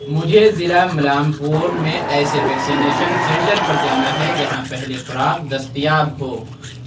مجھے ضلع ملامپور میں ایسے ویکسینیشن سنٹر پر جانا ہے جہاں پہلی خوراک دستیاب ہو